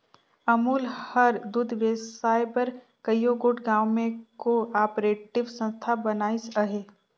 अमूल हर दूद बेसाए बर कइयो गोट गाँव में को आपरेटिव संस्था बनाइस अहे